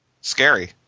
scary